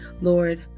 Lord